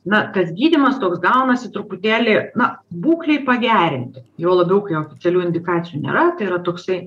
na tas gydymas toks gaunasi truputėlį na būklei pagerinti juo labiau kai oficialių indikacijų nėra tai yra toksai